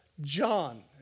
John